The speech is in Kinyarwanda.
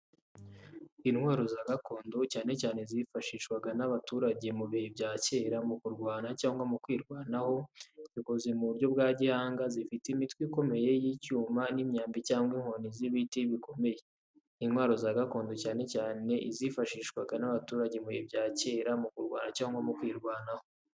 Intwaro za gakondo, cyane cyane izifashishwaga n’abaturage mu bihe bya kera mu kurwana cyangwa mu kwirwanaho. Zikoze mu buryo bwa gihanga, zifite imitwe ikomeye y’icyuma n’imyambi cyangwa inkoni z’ibiti bikomeye. Intwaro za gakondo, cyane cyane izifashishwaga n’abaturage mu bihe bya kera mu kurwana cyangwa mu kwirwanaho.